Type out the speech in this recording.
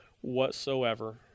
whatsoever